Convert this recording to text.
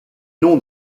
noms